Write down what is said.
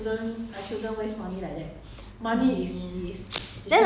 online or buy online